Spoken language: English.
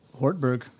Hortberg